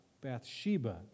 Bathsheba